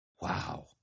wow